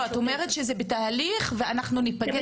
את אומרת שזה בתהליך ואנחנו ניפגש,